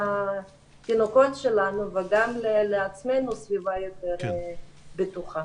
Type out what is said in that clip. ותינוקות שלנו וגם לעצמנו סביבה יותר בטוחה.